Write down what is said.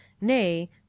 Nay